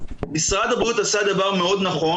משרד הבריאות עשה דבר מאוד נכון